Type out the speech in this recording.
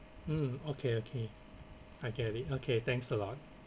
mm okay okay I get it okay thanks a lot